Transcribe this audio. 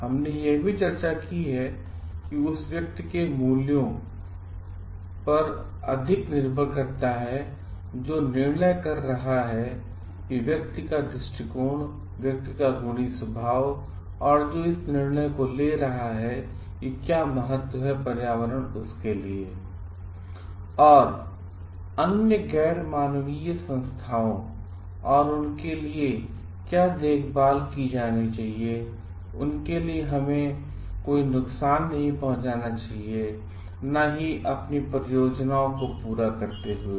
और हमने यह चर्चा की है कि यह उस व्यक्ति के मूल्यों पर अधिक निर्भर करता है जो निर्णय कर रहा है व्यक्ति का विश्व दृष्टिकोण व्यक्ति का गुणी स्वभाव जो इस निर्णय को ले रहा है कि क्या महत्व हैपर्यावरण का उसके लिए और अन्य गैर मानवीय संस्थाओं और उनके लिए क्या देखभाल की जानी चाहिए उनके लिए हमें उन्हें कोई नुकसान नहीं पहुंचाना चाहिए और न ही अपनी परियोजनाएं पूरी करते हुए